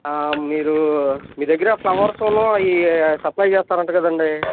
మీరు మీ దగ్గర ఫ్లవర్సు అవి సప్లయ్ చేస్తారంట కదండీ